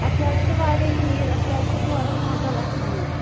اَسہِ حظ چھِ واریاہ چیٖز اَسہِ حظ چھُ ژورن پانٛژن لَچھن نِیُٛن